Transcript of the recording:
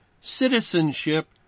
citizenship